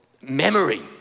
memory